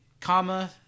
comma